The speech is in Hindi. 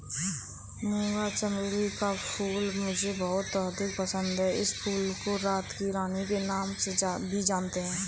मूंगा चमेली का फूल मुझे बहुत अधिक पसंद है इस फूल को रात की रानी के नाम से भी जानते हैं